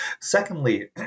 Secondly